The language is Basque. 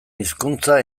hizkuntza